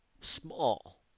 small